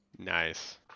Nice